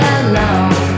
alone